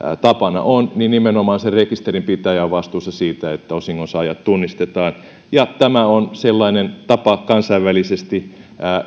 tapana on niin nimenomaan rekisterinpitäjä on vastuussa siitä että osingonsaajat tunnistetaan ja tämä on sellainen tapa kansainvälisesti